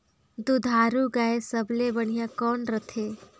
दुधारू गाय सबले बढ़िया कौन रथे?